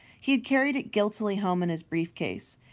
he had carried it guiltily home in his briefcase.